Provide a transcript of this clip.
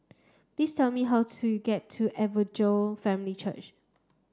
please tell me how to get to Evangel Family Church